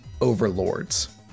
overlords